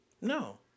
No